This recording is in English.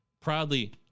proudly